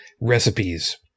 recipes